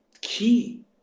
key